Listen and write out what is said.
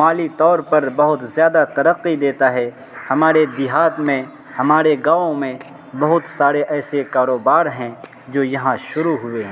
مالی طور پر بہت زیادہ ترقی دیتا ہے ہمارے دیہات میں ہمارے گاؤں میں بہت سارے ایسے کاروبار ہیں جو یہاں شروع ہوئے ہیں